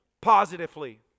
positively